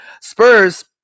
Spurs